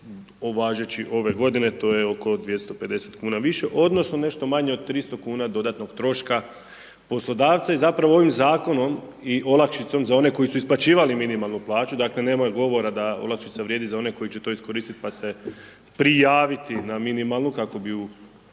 važeći ove godine, to je oko 250 kuna više, odnosno nešto manje od 300 kuna dodatnog troška poslodavca. I zapravo ovim Zakonom i olakšicom za one koji su isplaćivali minimalnu plaću, dakle nemaju govora da olakšica vrijedi za one koji će to iskoristit pa se prijaviti na minimalnu kako bi ju